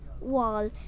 Wall